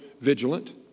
vigilant